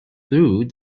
through